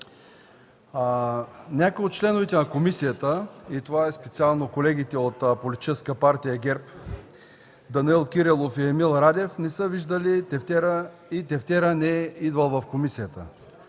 Някои от членовете на комисията, това са специално колегите от Политическа партия ГЕРБ Данаил Кирилов и Емил Радев, не са виждали тефтера и тефтерът не е идвал в комисията.